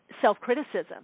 self-criticism